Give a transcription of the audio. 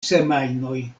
semajnoj